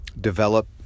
develop